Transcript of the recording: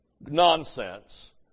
nonsense